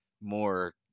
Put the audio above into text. more